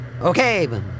Okay